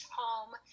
home